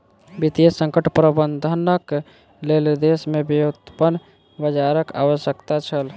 वित्तीय संकट प्रबंधनक लेल देश में व्युत्पन्न बजारक आवश्यकता छल